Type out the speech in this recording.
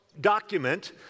document